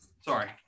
sorry